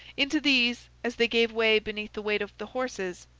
into these, as they gave way beneath the weight of the horses,